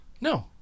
No